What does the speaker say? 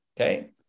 Okay